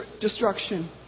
destruction